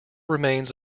remains